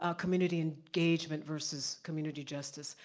ah community engagement versus community justice.